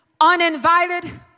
uninvited